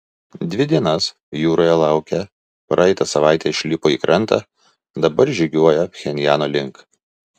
dvi dienas jūroje laukę praeitą savaitę išlipo į krantą dabar žygiuoja pchenjano link